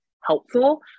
helpful